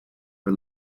for